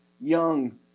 young